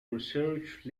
research